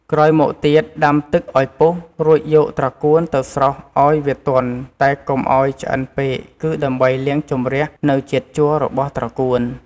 ក្រោយមកទៀតដាំទឹកឱ្យពុះរួចយកត្រកួនទៅស្រុះឱ្យវាទន់តែកុំឱ្យឆ្អិនពេកគឺដើម្បីលាងជម្រះនៅជាតិជ័ររបស់ត្រកួន។